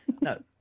No